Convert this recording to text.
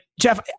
Jeff